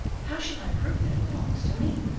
how shall i prove that it belongs to me?